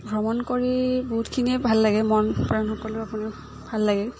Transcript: ভ্ৰমণ কৰি বহুতখিনিয়ে ভাল লাগে মন প্ৰাণ সকলো আপোনাৰ ভাল লাগে